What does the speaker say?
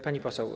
Pani Poseł!